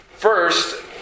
First